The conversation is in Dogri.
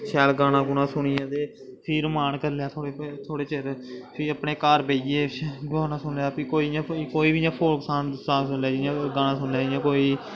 शैल गाना गूना सुनियै ते फिर मन करी लेआ थोह्ड़े चिर फ्ही अपने घर बेहियै गाना सुनेआ फ्ही इ'यां कोई बी इ'यां फोक सांग सुनी लेआ जियां कोई गाना सुनी लेआ इ'यां कोई